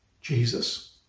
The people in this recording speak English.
Jesus